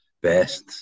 Best